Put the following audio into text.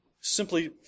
simply